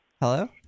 Hello